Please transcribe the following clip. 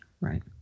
right